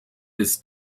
ist